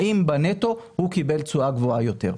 האם בנטו הוא קיבל תשואה גבוהה יותר,